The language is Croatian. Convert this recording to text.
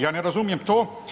Ja ne razumijem to.